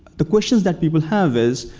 the questions that people have is,